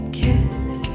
kiss